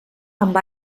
amb